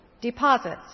deposits